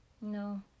no